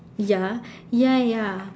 ya ya ya